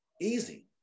easy